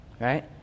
Right